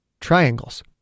Triangles